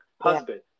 husband